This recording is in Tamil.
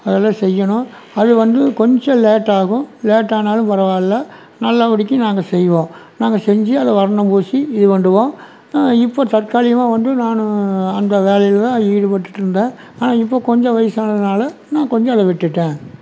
அதெலாம் செய்யணும் அது வந்து கொஞ்சம் லேட்டாகும் லேட்டானாலும் பரவால்ல நல்ல படிக்கு நாங்கள் செய்வோம் நாங்கள் செஞ்சு அதை வர்ணம் பூசி இது பண்ணிடுவோம் இப்போ தற்காலிகமாக வந்து நான் அந்த வேலையில் தான் ஈடுபட்டுட்டுருந்தேன் ஆனால் இப்போ கொஞ்சம் வயசானதுனால நான் கொஞ்சம் அதை விட்டுவிட்டேன்